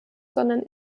sondern